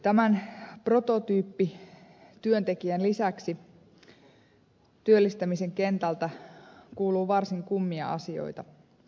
tämän prototyyppityöntekijän lisäksi työllistämisen kentältä kuuluu varsin kummia asioita